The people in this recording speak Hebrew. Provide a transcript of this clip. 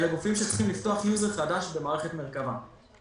אלא גופים שצריכים לפתוח user חדש במערכת מרכב"ה.